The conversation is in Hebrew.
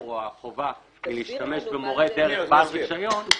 או החובה להשתמש במורה דרך בעל רישיון,